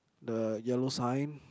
the yellow sign